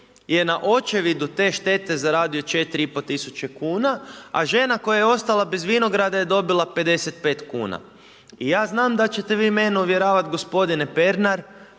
je na očevidu te štete zaradio 4500 kn a žena koja je ostala bez vinograda je dobila 55 kn. I ja znam da ćete vi mene uvjeravati gospodine Pernar,